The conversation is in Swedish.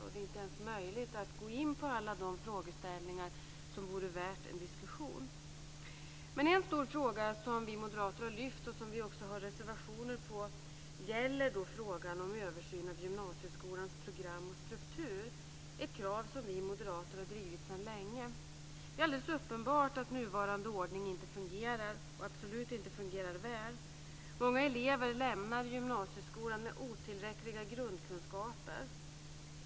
Det är inte ens möjligt att gå in på alla de frågeställningar som vore värda en diskussion. Men en stor fråga som vi moderater lyfter fram och som vi också har reserverat oss för gäller översyn av gymnasieskolans program och struktur - ett krav som vi moderater har drivit sedan länge. Det är alldeles uppenbart att nuvarande ordning inte fungerar väl. Många elever lämnar gymnasieskolan med otillräckliga grundkunskaper.